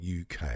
uk